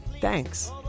thanks